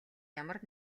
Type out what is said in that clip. ямар